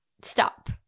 stop